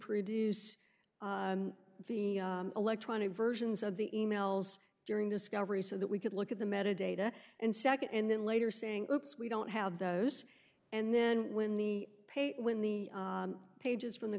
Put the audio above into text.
produce the electronic versions of the e mails during discovery so that we could look at the met a data and second and then later saying oops we don't have those and then when the pay when the pages from the